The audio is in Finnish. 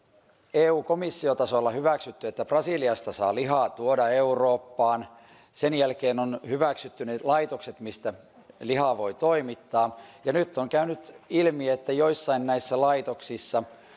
eu komissiotasolla hyväksytty että brasiliasta saa lihaa tuoda eurooppaan sen jälkeen on hyväksytty ne laitokset mistä lihaa voi toimittaa nyt on käynyt ilmi että joissakin näistä laitoksista